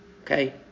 Okay